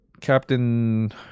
Captain